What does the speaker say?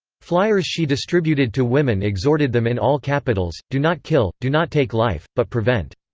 flyers she distributed to women exhorted them in all capitals do not kill, do not take life, but prevent.